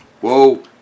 Whoa